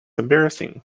embarrassing